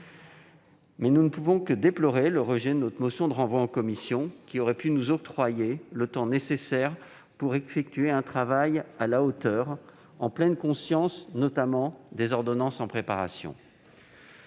santé. Nous ne pouvons que déplorer le rejet de la motion de renvoi à la commission, qui aurait pu nous octroyer le temps nécessaire pour effectuer un travail à la hauteur des enjeux, en pleine conscience notamment des ordonnances en préparation.